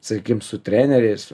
sakykim su treneriais